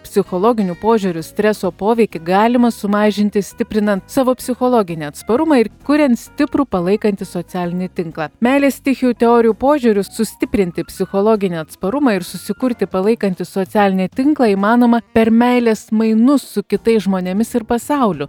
psichologiniu požiūriu streso poveikį galima sumažinti stiprinant savo psichologinį atsparumą ir kuriant stiprų palaikantį socialinį tinklą meilės stichijų teorijų požiūriu sustiprinti psichologinį atsparumą ir susikurti palaikantį socialinį tinklą įmanoma per meilės mainus su kitais žmonėmis ir pasauliu